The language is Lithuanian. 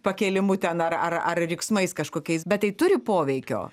pakėlimų ten ar ar ar riksmais kažkokiais bet tai turi poveikio